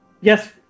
Yes